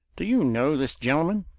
do you know this gentleman?